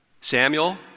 Samuel